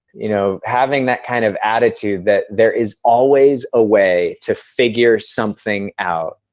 you know having that kind of attitude that there is always a way to figure something out,